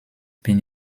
bin